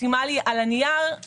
הרכב הזה על שמי ושלח אלי את החיוב.